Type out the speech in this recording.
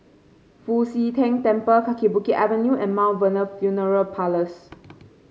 Fu Xi Tang Temple Kaki Bukit Avenue and Mount Vernon Funeral Parlours